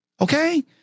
Okay